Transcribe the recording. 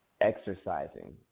exercising